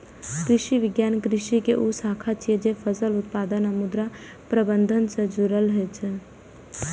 कृषि विज्ञान कृषि के ऊ शाखा छियै, जे फसल उत्पादन आ मृदा प्रबंधन सं जुड़ल होइ छै